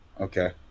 Okay